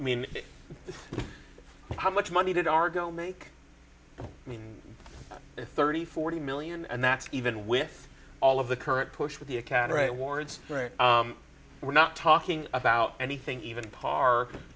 mean how much money did argo make i mean if thirty forty million and that's even with all of the current push with the academy awards we're not talking about anything even par